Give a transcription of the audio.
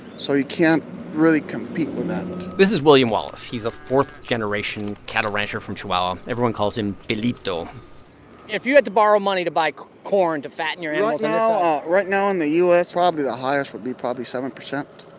so you can't really compete with that this is william wallace. he's a fourth-generation cattle rancher from chihuahua. everyone calls him bilito if you had to borrow money to buy like corn to fatten your animals. right now in the u s, probably the highest would be, probably, seven percent,